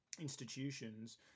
institutions